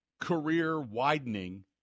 career-widening